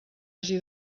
hagi